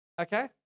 Okay